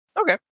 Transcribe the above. Okay